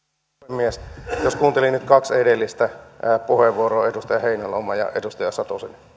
jos kuunteli nyt kaksi edellistä puheenvuoroa edustaja heinäluoman ja edustaja satosen